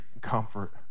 comfort